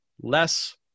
less